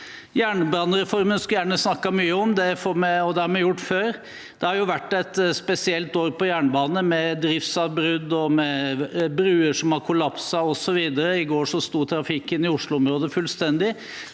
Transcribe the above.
Jernbanereformen skulle jeg gjerne snakket mye om, og det har vi gjort før. Det har vært et spesielt år for jernbanen, med driftsavbrudd og med bruer som har kollapset osv. I går sto trafikken i Oslo-området fullstendig.